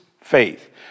Faith